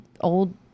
old